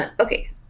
Okay